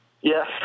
Yes